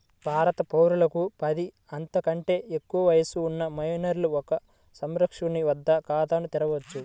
భారత పౌరులకు పది, అంతకంటే ఎక్కువ వయస్సు ఉన్న మైనర్లు ఒక సంరక్షకుని వద్ద ఖాతాను తెరవవచ్చు